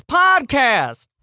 podcast